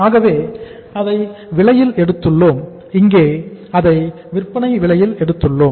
ஆகவே அதை விலையில் எடுத்துள்ளோம் இங்கே அதை விற்பனை விலையில் எடுத்துள்ளோம்